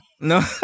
No